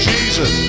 Jesus